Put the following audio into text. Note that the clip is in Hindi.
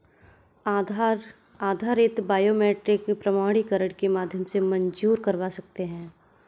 आधार आधारित बायोमेट्रिक प्रमाणीकरण के माध्यम से मंज़ूर करवा सकते हैं